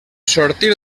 sortir